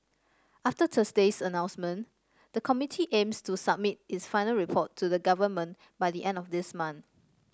after Thursday's announcement the committee aims to submit its final report to the government by the end of this month